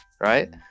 right